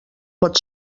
pot